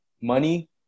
money